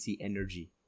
energy